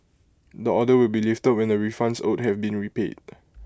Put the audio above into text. the order will be lifted when the refunds owed have been repaid